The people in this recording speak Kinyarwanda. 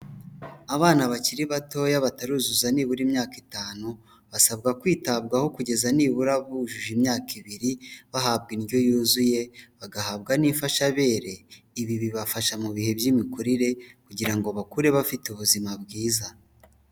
Abana bakiri batoya bataruzuza nibura imyaka itanu, basabwa kwitabwaho kugeza nibura bujuje imyaka ibiri, bahabwa indyo yuzuye, bagahabwa n'imfashabere, ibi bibafasha mu bihe by'imikurire kugira ngo bakure bafite ubuzima bwiza.